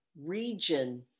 region